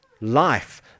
life